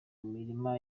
mirima